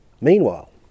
Meanwhile